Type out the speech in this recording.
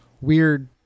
Weird